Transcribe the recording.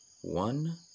one